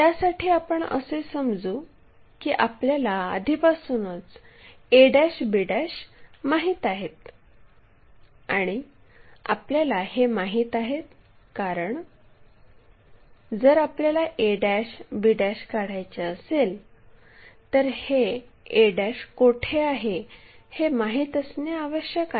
त्यासाठी आपण असे समजू की आपल्याला आधीपासूनच ab माहित आहेत आणि आपल्याला हे माहित आहेत कारण जर आपल्याला ab काढायचे असेल तर हे a कोठे आहे हे माहित असणे आवश्यक आहे